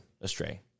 Astray